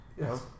Yes